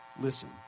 listen